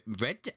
Red